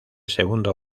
segundo